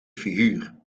figuur